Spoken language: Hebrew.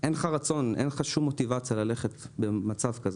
אין לך רצון, אין לך שום מוטיבציה ללכת במצב כזה.